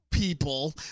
People